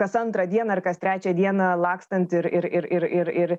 kas antrą dieną ar kas trečią dieną lakstant ir ir ir ir ir ir